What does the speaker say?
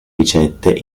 ricette